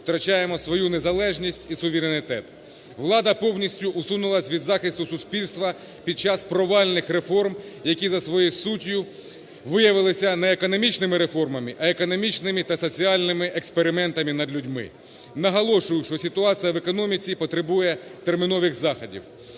втрачаємо свою незалежність і суверенітет. Влада повністю усунулась від захисту суспільства під час провальних реформ, які за своєю суттю виявилися не економічними реформами, а економічними та соціальними експериментами над людьми. Наголошую, що ситуація в економіці потребує термінових заходів.